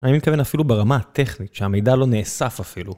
אני מתכוון אפילו ברמה הטכנית שהמידע לא נאסף אפילו.